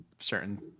certain